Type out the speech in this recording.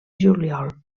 juliol